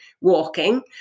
walking